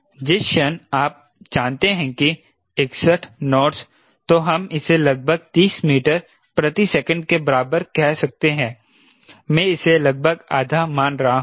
जिस क्षण आप जानते हैं कि 61 नॉट्स तो हम इसे लगभग 30 मीटर प्रति सेकंड के बराबर कह सकते है मैं इसे लगभग आधा मान रहा हूं